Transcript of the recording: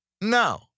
No